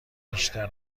بیشتر